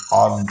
on